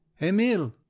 Emil